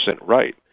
right